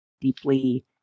deeply